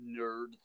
Nerd